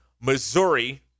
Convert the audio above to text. Missouri